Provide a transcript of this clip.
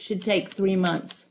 should take three months